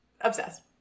Obsessed